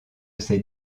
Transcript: ces